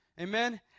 Amen